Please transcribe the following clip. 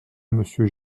monsieur